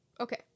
Okay